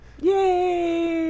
yay